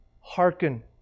Hearken